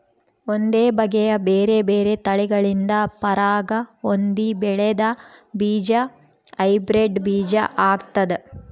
ಒಂದೇ ಬಗೆಯ ಬೇರೆ ಬೇರೆ ತಳಿಗಳಿಂದ ಪರಾಗ ಹೊಂದಿ ಬೆಳೆದ ಬೀಜ ಹೈಬ್ರಿಡ್ ಬೀಜ ಆಗ್ತಾದ